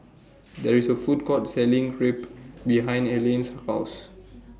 There IS A Food Court Selling Crepe behind Elayne's House